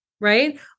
right